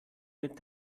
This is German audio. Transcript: mit